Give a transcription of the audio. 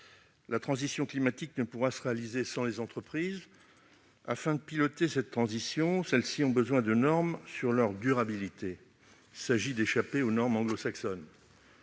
La transition climatique ne pourra se faire sans les entreprises. Afin de piloter cette transition, celles-ci ont besoin de normes portant sur leur durabilité ; il s'agit d'échapper aux normes anglo-saxonnes.